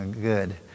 Good